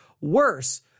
worse